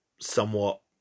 somewhat